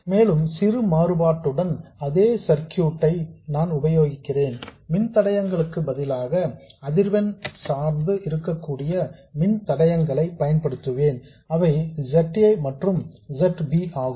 மேலும் சிறு மாறுபாட்டுடன் அதே சர்க்யூட் ஐ நான் உபயோகிக்கிறேன் மின்தடையங்களுக்கு பதிலாக அதிர்வெண் சார்ந்து இருக்கக்கூடிய மின்தடையங்களை பயன்படுத்துவேன் அவை Z a மற்றும் Z b ஆகும்